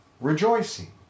rejoicing